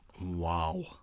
Wow